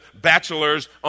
bachelors